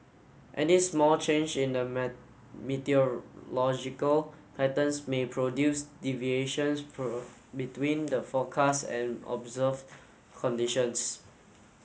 any small change in the meteorological patterns may produce deviations between the forecast and observe conditions